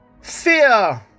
Fear